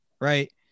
right